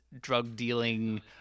drug-dealing